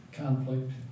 conflict